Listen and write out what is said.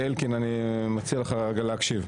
אלקין, אני מציע לך להקשיב.